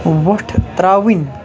وۄٹھ ترٛاوٕنۍ